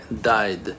died